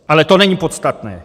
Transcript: Ale to není podstatné.